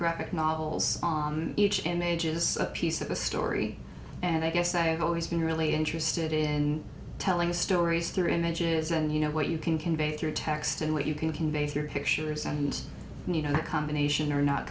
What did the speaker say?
graphic novels each image is a piece of a story and i guess i've always been really interested in telling stories through images and you know what you can convey through text and what you can convey to your pictures and you know the combination or not